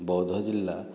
ବୌଦ୍ଧ ଜିଲ୍ଲା